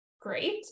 Great